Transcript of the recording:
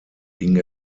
ging